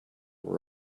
were